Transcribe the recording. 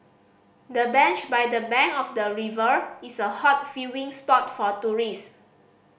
the bench by the bank of the river is a hot viewing spot for tourist